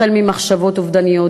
החל ממחשבות אובדניות,